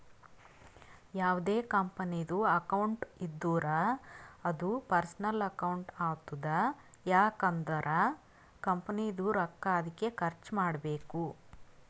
ಯಾವ್ದೇ ಕಂಪನಿದು ಅಕೌಂಟ್ ಇದ್ದೂರ ಅದೂ ಪರ್ಸನಲ್ ಅಕೌಂಟ್ ಆತುದ್ ಯಾಕ್ ಅಂದುರ್ ಕಂಪನಿದು ರೊಕ್ಕಾ ಅದ್ಕೆ ಖರ್ಚ ಮಾಡ್ಬೇಕು